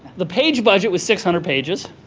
the page budget was six hundred pages.